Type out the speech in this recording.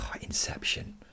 Inception